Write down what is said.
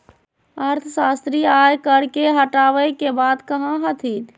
अर्थशास्त्री आय कर के हटावे के बात कहा हथिन